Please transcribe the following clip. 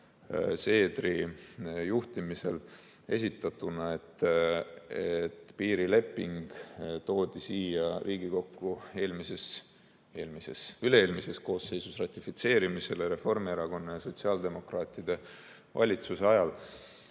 Seedri juhtimisel esitatuna: et piirileping toodi Riigikokku üle-eelmises koosseisus ratifitseerimisele Reformierakonna ja sotsiaaldemokraatide valitsuse ajal.